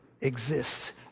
exists